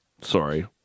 Sorry